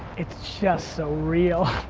it's just so real.